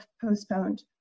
postponed